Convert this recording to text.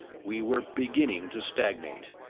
we were beginning to stagnate.